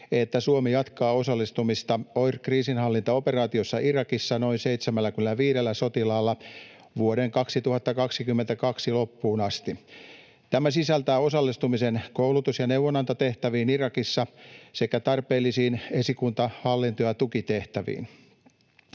että Suomi jatkaa osallistumista OIR-kriisinhallintaoperaatiossa Irakissa noin 75 sotilaalla vuoden 2022 loppuun asti. Tämä sisältää osallistumisen koulutus- ja neuvonantotehtäviin sekä tarpeellisiin esikunta-, hallinto ja tukitehtäviin